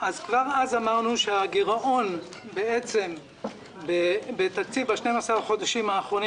כבר אז אמרנו שהגירעון בתקציב 12 החודשים האחרונים